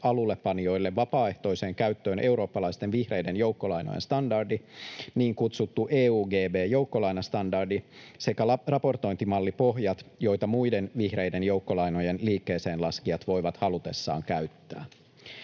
alullepanijoille vapaaehtoiseen käyttöön eurooppalaisten vihreiden joukkolainojen standardi, niin kutsuttu EuGB- joukkolainastandardi, sekä raportointimallipohjat, joita muiden vihreiden joukkolainojen liikkeeseenlaskijat voivat halutessaan käyttää.